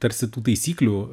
tarsi tų taisyklių